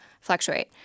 fluctuate